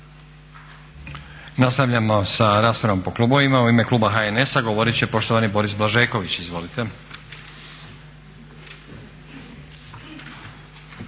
Nastavljamo sa raspravom po klubovima. U ime kluba HNS-a govorit će poštovani Boris Blažeković. Izvolite.